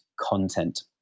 content